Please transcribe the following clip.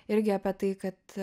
irgi apie tai kad